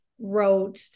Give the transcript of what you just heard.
wrote